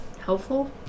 helpful